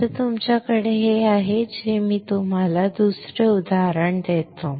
आता एकदा तुमच्याकडे हे आहे जर मी तुम्हाला दुसरे उदाहरण देतो